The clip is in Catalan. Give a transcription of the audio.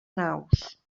naus